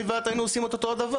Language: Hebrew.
אני ואת היינו עושים את אותו הדבר.